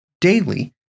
daily